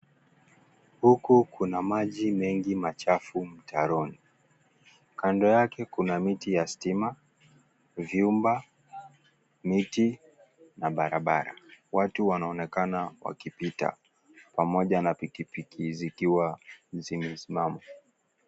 Huku kuna maji mengi machafu mtaroni, kando yake kuna miti ya stima, vyumba, miti na barabara, watu wanaonekana wakipita pamoja na pikipiki zikiwa zimesimama.